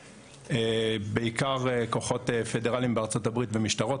בעיקר כוחות פדרליים בארצות הברית ומשטרות,